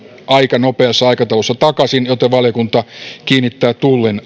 aika nopeassa aikataulussa takaisin joten valiokunta kiinnittää tullin